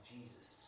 Jesus